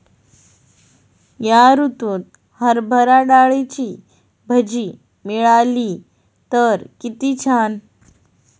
या ऋतूत हरभरा डाळीची भजी मिळाली तर कित्ती छान